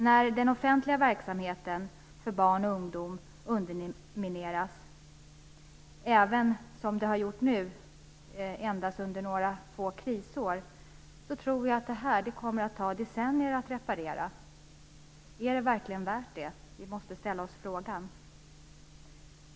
När den offentliga verksamheten för barn och ungdom undermineras - även om det som nu endast sker under några få krisår - tror jag att det kommer att ta decennier att reparera. Är det verkligen värt det? Vi måste ställa oss frågan.